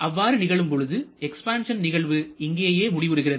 அவ்வாறு நிகழும் பொழுது எக்ஸ்பான்சன் நிகழ்வு இங்கேயே முடிவுறுகிறது